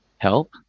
help